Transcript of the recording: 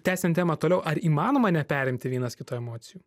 tęsiant temą toliau ar įmanoma neperimti vienas kito emocijų